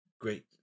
great